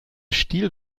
stil